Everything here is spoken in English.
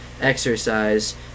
exercise